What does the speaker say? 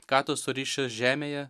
ką tu suriši žemėje